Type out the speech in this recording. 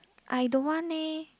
I don't want leh